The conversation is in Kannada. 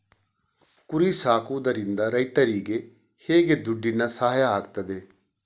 ಕುರಿ ಸಾಕುವುದರಿಂದ ರೈತರಿಗೆ ಹೇಗೆ ದುಡ್ಡಿನ ಸಹಾಯ ಆಗ್ತದೆ?